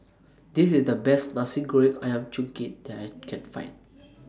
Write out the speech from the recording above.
This IS The Best Nasi Goreng Ayam Kunyit that I Can Find